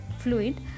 fluid